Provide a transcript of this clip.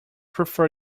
prefer